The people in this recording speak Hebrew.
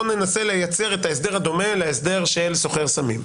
בוא ננסה לייצר את ההסדר הדומה להסדר של סוחר סמים.